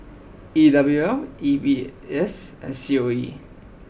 E W L M B S and C O E